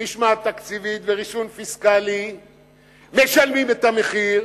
משמעת תקציבית וריסון פיסקלי משלמים את המחיר.